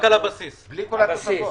ובלי כל התוספות?